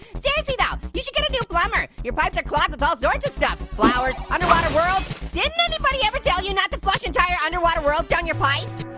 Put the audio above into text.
seriously though, you should get a new um your pipes are clogged with all sorts of stuff. flowers, underwater worlds, didn't anybody ever tell you not to flush entire underwater worlds down your pipes?